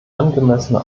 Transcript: angemessene